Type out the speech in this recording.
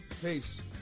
Peace